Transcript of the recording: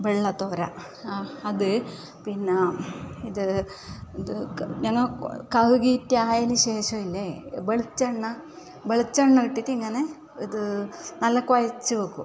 വെള്ള തോര അത് പിന്നെ ഇത് ഇത് ക ഞങ്ങൾ കഴുകിയിട്ട് ആയതിന് ശേഷമില്ലേ വെളിച്ചെണ്ണ ബെളിച്ചെണ്ണ ഇട്ടിട്ടിങ്ങനെ ഇത് നല്ല കുഴച്ച് വെക്കും